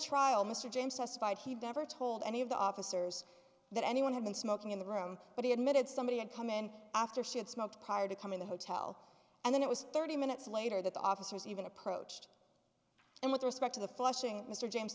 trial mr james testified he devore told any of the officers that anyone had been smoking in the room but he admitted somebody had come in after she had smoked prior to come in the hotel and then it was thirty minutes later that the officers even approached him with respect to the flushing mr james